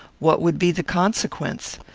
what would be the consequence?